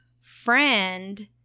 friend